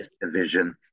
Division